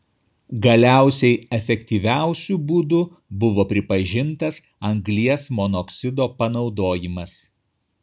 galiausiai efektyviausiu būdu buvo pripažintas anglies monoksido panaudojimas